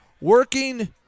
working